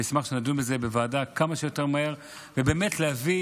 ואשמח שנדון בזה בוועדה כמה שיותר מהר ובאמת להביא